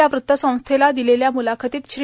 या वृत्तसंस्थेला दिलेल्या म्रलाखतीत श्री